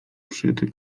przed